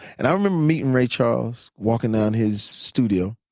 and i remember meeting ray charles, walking down his studio.